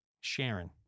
Sharon